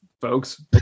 folks